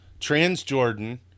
Transjordan